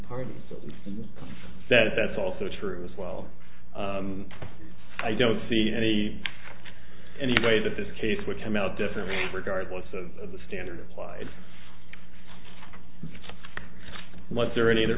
argue that that's also true as well i don't see any any way that this case would come out differently regardless of the standard applied like there any